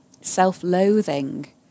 self-loathing